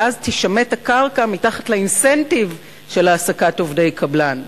ואז תישמט הקרקע מתחת לאינסנטיב של העסקת עובדי קבלן.